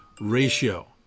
ratio